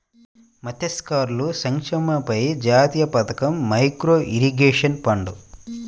మత్స్యకారుల సంక్షేమంపై జాతీయ పథకం, మైక్రో ఇరిగేషన్ ఫండ్